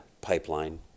pipeline